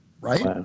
right